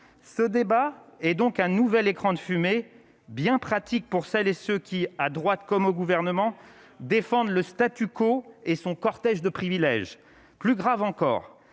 ce débat est donc un nouvel écran de fumée bien pratique pour celles et ceux qui, à droite comme au gouvernement, défendent le statu quo et son cortège de privilèges, plus grave encore,